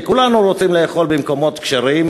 כי כולנו רוצים לאכול במקומות כשרים,